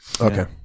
Okay